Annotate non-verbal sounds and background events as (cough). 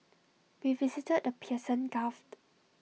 we visited the Persian gulf (unintelligible)